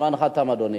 זמנך תם, אדוני.